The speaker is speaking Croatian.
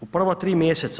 U prva 3 mj.